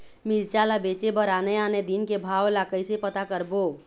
मिरचा ला बेचे बर आने आने दिन के भाव ला कइसे पता करबो?